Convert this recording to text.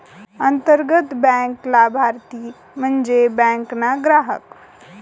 अंतर्गत बँक लाभारती म्हन्जे बँक ना ग्राहक